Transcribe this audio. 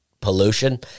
pollution